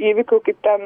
įvykių kaip ten